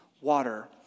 water